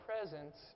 presence